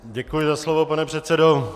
Děkuji za slovo, pane předsedo.